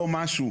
לא משהו,